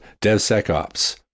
DevSecOps